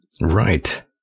Right